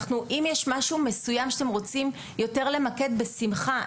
אם יש משהו מסוים שאתם רוצים יותר למקד, בשמחה.